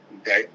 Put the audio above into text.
okay